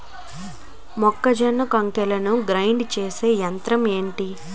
మొక్కజొన్న కంకులు గ్రైండ్ చేసే యంత్రం ఏంటి?